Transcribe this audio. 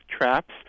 traps